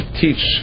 teach